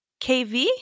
KV